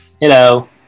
Hello